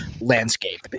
landscape